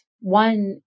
one